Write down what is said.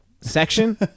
section